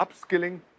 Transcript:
upskilling